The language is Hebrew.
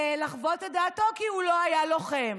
לחוות את דעתו כי הוא לא היה לוחם.